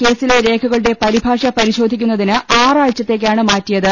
കേസിലെ രേഖകളുടെ പരിഭാഷ പരിശോ ധിക്കുന്നതിന് ആറാഴ്ചത്തേക്കാണ് മാറ്റിയത്